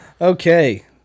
Okay